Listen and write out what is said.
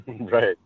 right